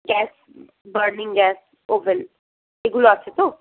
gas burning gas oven এইগুলো আছে তো